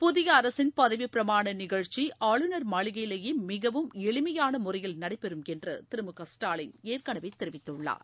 புதிய அரசின் பதவி பிரமாண நிகழ்ச்சி ஆளுநர் மாளிகையிலேயே மிகவும் எளிமையான முறையில் நடைபெறும் என்று திரு மு க ஸ்டாலின் ஏற்கனவே தெரிவித்துள்ளார்